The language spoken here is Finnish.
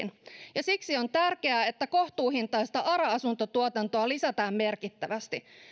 ja siksi on tärkeää että kohtuuhintaista ara asuntotuotantoa lisätään merkittävästi